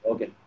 Okay